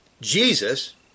Jesus